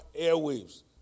airwaves